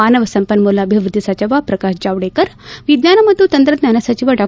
ಮಾನವ ಸಂಪನ್ನೂಲ ಅಭಿವೃದ್ದಿ ಸಚಿವ ಪ್ರಕಾಶ್ ಜಾವಡೇಕರ್ ವಿಜ್ವಾನ ಮತ್ತು ತಂತ್ರಜ್ವಾನಸಚಿವ ಡಾ